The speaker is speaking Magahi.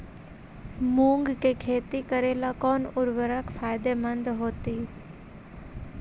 मुंग के खेती करेला कौन उर्वरक फायदेमंद होतइ?